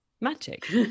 Magic